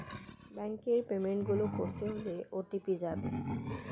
ব্যাংকের পেমেন্ট গুলো করতে হলে ও.টি.পি যাবে